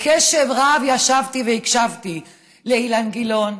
בקשב רב ישבתי והקשבתי לאילן גילאון,